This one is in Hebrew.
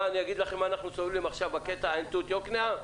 אני אגיד לכם מה אנחנו סובלים עכשיו בקטע עין-תות יקנעם,